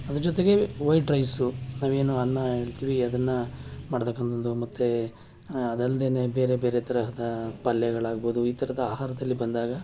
ಅದ್ರ ಜೊತೆಗೆ white rice ನಾವೇನು ಅನ್ನ ಹೇಳ್ತೀವಿ ಅದನ್ನು ಮಾಡ್ತಕಂಥದ್ದು ಮತ್ತು ಅದಲ್ದೇ ಬೇರೆ ಬೇರೆ ತರಹದ ಪಲ್ಯಗಳಾಗ್ಬೋದು ಈ ಥರದ ಆಹಾರದಲ್ಲಿ ಬಂದಾಗ